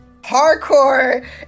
hardcore